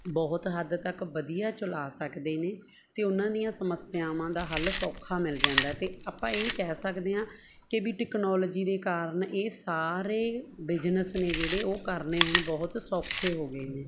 ਬਹੁਤ ਹੱਦ ਤੱਕ ਵਧੀਆ ਚਲਾ ਸਕਦੇ ਨੇ ਅਤੇ ਉਹਨਾਂ ਦੀਆਂ ਸਮੱਸਿਆਵਾਂ ਦਾ ਹੱਲ ਸੌਖਾ ਮਿਲ ਜਾਂਦਾ ਅਤੇ ਆਪਾਂ ਇਹ ਕਹਿ ਸਕਦੇ ਹਾਂ ਕਿ ਵੀ ਟੈਕਨੋਲੋਜੀ ਦੇ ਕਾਰਨ ਇਹ ਸਾਰੇ ਬਿਜਨਸ ਨੇ ਜਿਹੜੇ ਉਹ ਕਰਨੇ ਹੁਣ ਬਹੁਤ ਸੌਖੇ ਹੋ ਗਏ ਨੇ